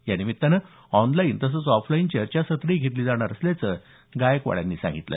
या निमित्तानं ऑनलाईन तसेच ऑफलाईन चर्चासत्रही घेतली जाणार असल्याचं गायकवाड यांनी सांगितलं